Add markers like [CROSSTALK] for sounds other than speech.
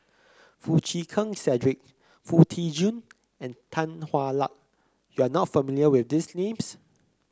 Foo Chee Keng Cedric [NOISE] Foo Tee Jun and Tan Hwa Luck you are not familiar with these names